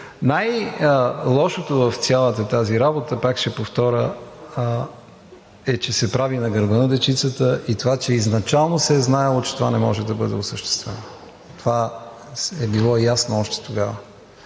Най-лошото в цялата тази работа, пак ще повторя, е, че се прави на гърба на дечицата и това че изначално се е знаело, че това не може да бъде осъществено. Това е било ясно още тогава.